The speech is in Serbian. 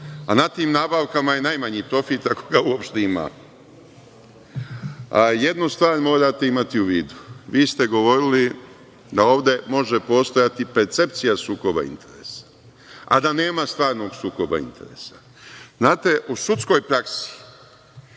a na tim nabavkama je najmanji profit, ako ga uopšte ima. Jednu stvar morate imati u vidu. Vi ste govorili da ovde može postojati percepcija sukoba interesa, a da nema stvarnog sukoba interesa. Znate, u sudskoj praksi